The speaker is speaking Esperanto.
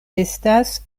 estas